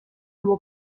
will